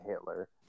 Hitler